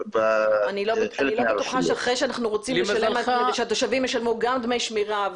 אני לא בטוחה שאחרי שאנחנו רוצים שהתושבים ישלמו גם דמי שמירה,